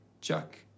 Chuck